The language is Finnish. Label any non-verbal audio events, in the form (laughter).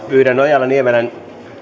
(unintelligible) pyydän ojala niemelän